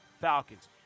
Falcons